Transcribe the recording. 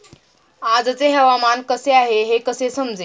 आजचे हवामान कसे आहे हे कसे समजेल?